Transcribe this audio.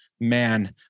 man